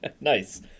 nice